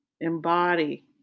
embody